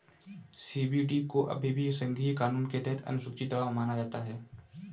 CBD को अभी भी संघीय कानून के तहत अनुसूची दवा माना जाता है